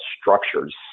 structures